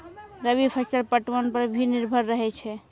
रवि फसल पटबन पर भी निर्भर रहै छै